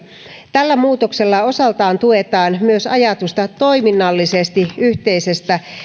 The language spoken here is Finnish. tällä muutoksella osaltaan tuetaan myös ajatusta toiminnallisesti yhtenäisestä